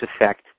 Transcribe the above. effect